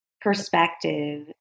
perspective